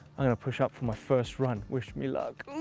i'm gonna push up for my first run. wish me luck.